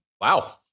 Wow